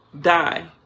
die